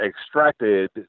extracted